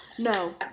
No